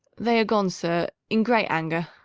they are gone, sir, in great anger.